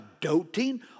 doting